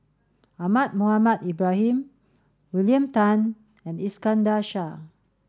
Ahmad Mohamed Ibrahim William Tan and Iskandar Shah